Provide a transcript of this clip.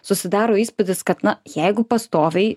susidaro įspūdis kad na jeigu pastoviai